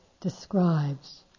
describes